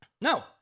No